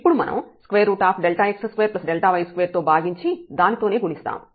ఇప్పుడు మనం x2Δy2 తో భాగించి దానితోనే గుణిస్తాము